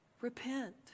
repent